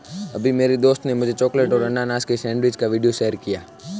अभी मेरी दोस्त ने मुझे चॉकलेट और अनानास की सेंडविच का वीडियो शेयर किया है